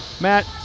Matt